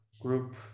Group